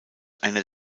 einer